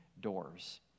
doors